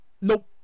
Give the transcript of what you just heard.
Nope